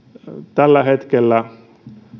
tällä hetkellä